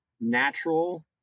natural